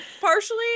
Partially